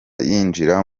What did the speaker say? yinjira